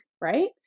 right